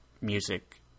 music